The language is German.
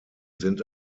sind